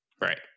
Right